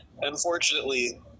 Unfortunately